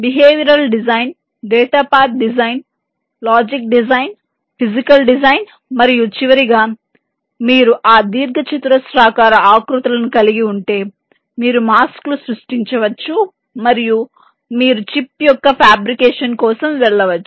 behavioural design data path design logic design physical design మరియు చివరి గా మీరు ఆ దీర్ఘచతురస్రాకార ఆకృతులను కలిగి ఉంటే మీరు మాస్క్ లు సృష్టించవచ్చు మరియు మీరు చిప్ యొక్క ఫ్యాబ్రికేషన్ కోసం వెళ్ళవచ్చు